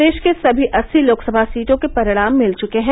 प्रदेश के सभी अस्सी लोकसभा सीटों के परिणाम मिल चुके हैं